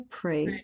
pray